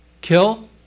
Kill